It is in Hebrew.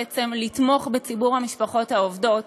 ובעצם לתמוך בציבור המשפחות העובדות.